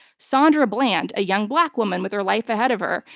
sandra bland, a young black woman with her life ahead of her,